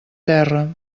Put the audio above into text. terra